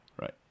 Right